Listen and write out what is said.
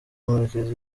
murekezi